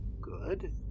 good